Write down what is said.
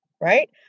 right